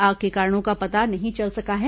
आग के कारणों का पता नहीं चल सका है